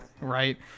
right